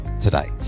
today